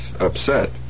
upset